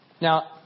now